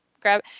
Grab